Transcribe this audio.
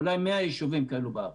אולי 100 יישובים כאלה בארץ.